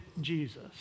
Jesus